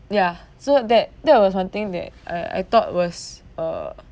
yeah so that that was one thing that I I thought was uh